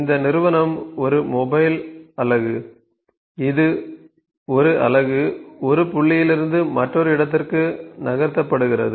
இந்த நிறுவனம் ஒரு மொபைல் அலகு இது 1 அலகு 1 புள்ளியிலிருந்து மற்றொரு இடத்திற்கு நகர்த்தப்படுகிறது